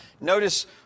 Notice